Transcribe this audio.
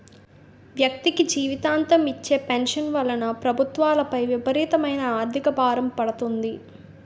వ్యక్తికి జీవితాంతం ఇచ్చే పెన్షన్ వలన ప్రభుత్వాలపై విపరీతమైన ఆర్థిక భారం పడుతుంది